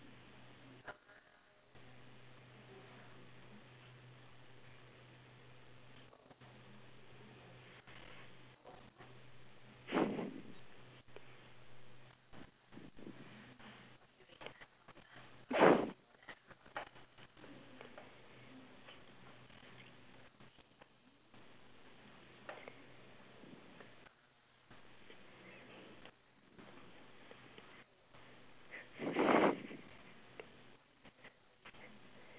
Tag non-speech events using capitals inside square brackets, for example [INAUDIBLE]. [LAUGHS]